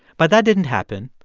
but that didn't happen.